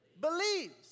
believes